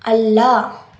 ಅಲ್ಲ